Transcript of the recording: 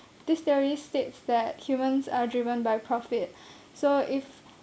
this theory states that humans are driven by profit so if